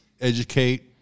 educate